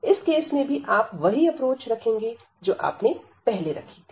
इस केस में भी आप वही अप्रोच रखेंगे जो आपने पहले रखी थी